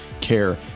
care